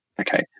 Okay